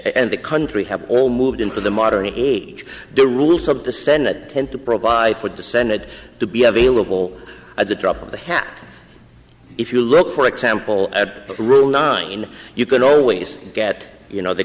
and the country have all moved into the modern age the rules of the senate to provide for the senate to be available at the drop of a hat if you look for example at room nine you can always get you know the